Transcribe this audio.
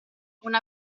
una